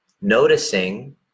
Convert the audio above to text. noticing